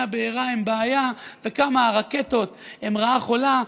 הבערה הם בעיה וכמה הרקטות הן רעה חולה,